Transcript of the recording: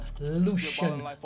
Lucian